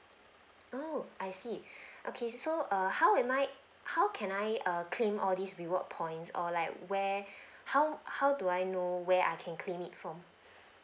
oh I see okay so err how am I how can I err claim all these reward points or like where how how do I know where I can claim it from